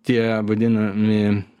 tie vadinami